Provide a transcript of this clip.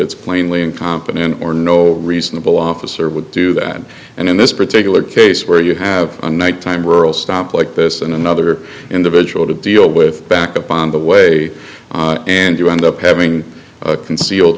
it's plainly incompetent or no reasonable officer would do that and in this particular case where you have a night time rural stop like this and another individual to deal with backup on the way and you end up having a concealed